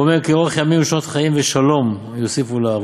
ואומר 'כי ארך ימים ושנות חיים ושלום יוסיפו לך',